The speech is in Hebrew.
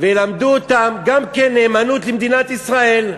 וילמדו אותם, גם כן, נאמנות למדינת ישראל.